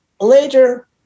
later